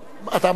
תעברו להצבעות.